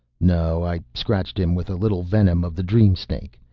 no. i scratched him with a little venom of the dream-snake.